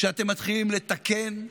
שאתם מתחילים לתקן,